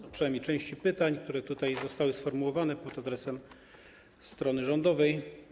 oraz przynajmniej części pytań, które zostały sformułowane pod adresem strony rządowej.